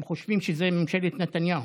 הם חושבים שזאת ממשלת נתניהו,